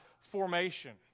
formation